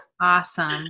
Awesome